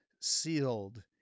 sealed